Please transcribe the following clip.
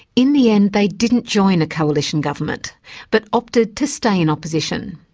in the end they didn't join a coalition government but opted to stay in opposition.